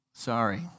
Sorry